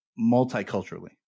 multiculturally